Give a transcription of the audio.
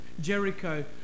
Jericho